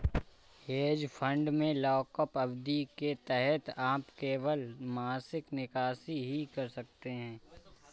hedge fund में lockup अवधि के तहत आप केवल मासिक निकासी ही कर सकते हैं